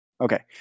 Okay